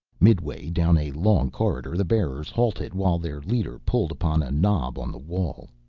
midway down a long corridor the bearers halted while their leader pulled upon a knob on the wall.